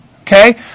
Okay